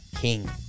King